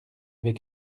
avait